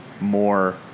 more